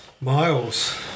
Miles